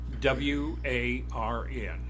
W-A-R-N